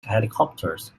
helicopters